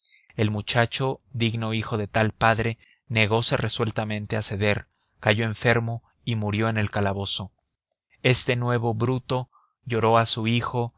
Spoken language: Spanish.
el muchacho digno hijo de tal padre negose resueltamente a ceder cayó enfermo y murió en el calabozo este nuevo bruto lloró a su hijo